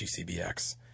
GCBX